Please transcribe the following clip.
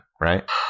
right